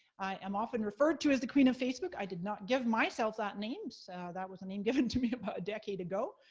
i am often referred to as the, queen of facebook. i did not give myself that name so that was a name given to me about a decade ago,